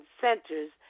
centers